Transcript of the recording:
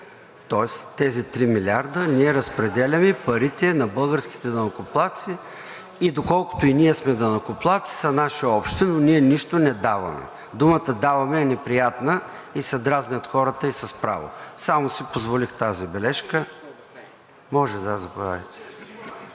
тоест тези 3 милиарда. Ние разпределяме парите на българските данъкоплатци и доколкото и ние сме данъкоплатци, са наши общи, но ние нищо не даваме. Думата даваме е неприятна и се дразнят хората, и с право. Само си позволих тази бележка. ДЕЛЯН ДОБРЕВ